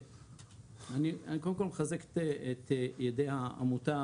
אני קודם כל מחזק את ידי העמותה,